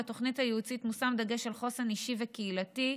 בתוכנית הייעוצית מושם דגש על חוסן אישי וקהילתי,